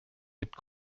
mit